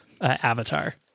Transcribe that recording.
avatar